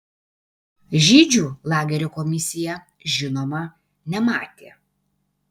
žydžių lagerio komisija žinoma nematė